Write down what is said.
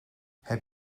heb